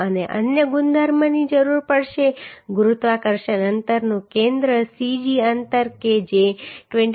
અને અન્ય ગુણધર્મની જરૂર પડશે ગુરુત્વાકર્ષણ અંતરનું કેન્દ્ર Cg અંતર કે જે 25